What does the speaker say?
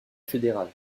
fédérale